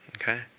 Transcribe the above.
okay